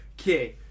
Okay